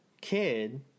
kid